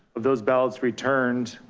those ballots returned